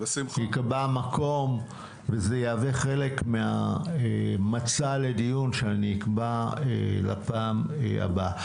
ייקבע מקום וזה יהיה חלק מהמצע לדיון שאקבע לפעם הבאה.